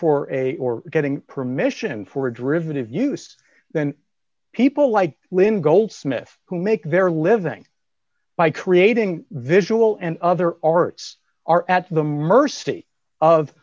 for a or getting permission for driven to use then people like lynn goldsmith who make their living by creating visual and other arts are at the mercy of